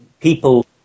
people